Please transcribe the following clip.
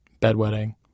bedwetting